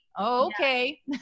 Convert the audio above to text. okay